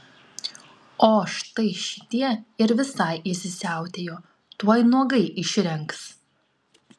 o štai šitie ir visai įsisiautėjo tuoj nuogai išrengs